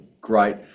great